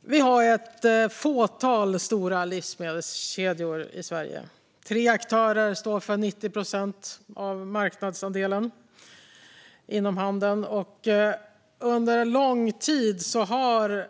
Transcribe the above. Det finns ett fåtal stora livsmedelskedjor i Sverige. Tre aktörer står för 90 procent av marknadsandelen inom handeln. Under lång tid har